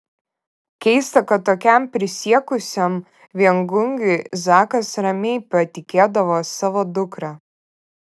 keista kad tokiam prisiekusiam viengungiui zakas ramiai patikėdavo savo dukrą